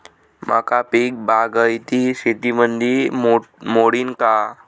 मका पीक बागायती शेतीमंदी मोडीन का?